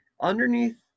underneath